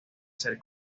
ser